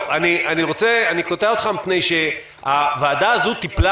אני קוטע אותך מפני שהוועדה הזו טיפלה